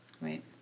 right